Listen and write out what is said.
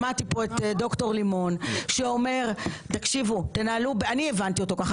שמעתי כאן את ד"ר לימון שאומר אני הבנתי אותו כך,